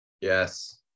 Yes